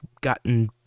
gotten